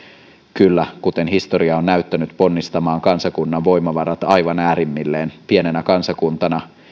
kyllä kuten historia on näyttänyt ponnistamaan kansakunnan voimavarat aivan äärimmilleen pienenä kansakuntana